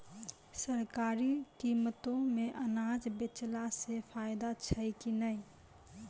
सरकारी कीमतों मे अनाज बेचला से फायदा छै कि नैय?